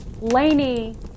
Laney